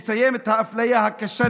לסיים את הכיבוש הארור הזה,